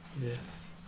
yes